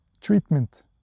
treatment